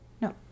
No